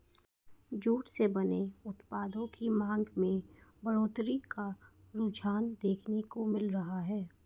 jute से बने उत्पादों की मांग में बढ़ोत्तरी का रुझान देखने को मिल रहा है